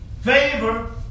favor